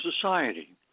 Society